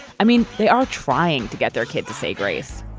i mean they are trying to get their kids to say grace